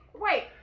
Wait